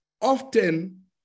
often